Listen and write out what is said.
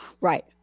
Right